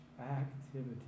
activity